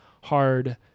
hard